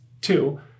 Two